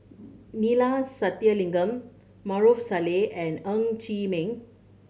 Neila Sathyalingam Maarof Salleh and Ng Chee Meng